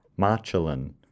Marcelin